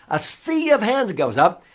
a sea of hands goes up.